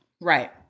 Right